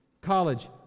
College